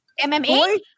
MMA